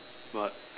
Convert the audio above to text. what